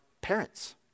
parents